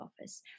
office